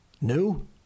New